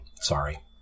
Sorry